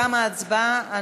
תמה ההצבעה.